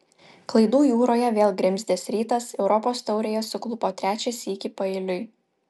klaidų jūroje vėl grimzdęs rytas europos taurėje suklupo trečią sykį paeiliui